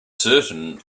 certain